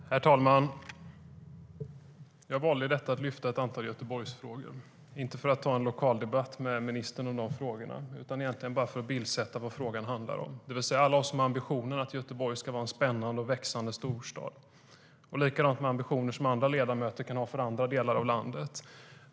Herr talman! Jag valde i detta att lyfta ett antal Göteborgsfrågor, inte för att ha en lokal debatt med ministern om de frågorna utan för att bildsätta vad frågan handlar om, det vill säga alla oss som har ambitionen att Göteborg ska vara en spännande och växande storstad. Det är likadant med ambitioner som andra ledamöter kan ha för andra delar av landet.